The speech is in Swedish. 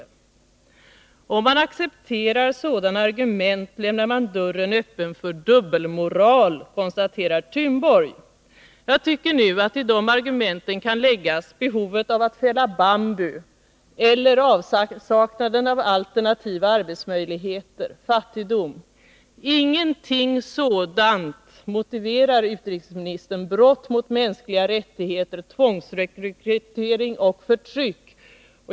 Om man accepterar sådana argument lämnar man dörren öppen för dubbelmoral, konstaterade Thunborg.” Jag tycker nu att till de argumenten kan läggas behovet av att fälla bambu, avsaknaden av alternativa arbetsmöjligheter och fattigdom. Ingenting sådant motiverar, utrikesministern, brott mot mänskliga rättigheter, tvångsrekrytering och förtryck.